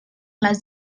les